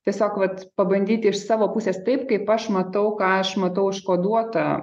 tiesiog vat pabandyti iš savo pusės taip kaip aš matau ką aš matau užkoduota